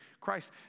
Christ